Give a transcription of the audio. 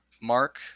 mark